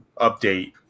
update